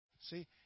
See